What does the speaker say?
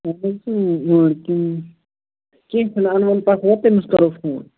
کیٚنٛہہ چھُنہٕ اَن وۅنۍ پکھ وۅنۍ تٔمِس کرو فون